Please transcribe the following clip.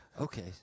Okay